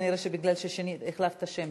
כנראה בגלל שהחלפת שם,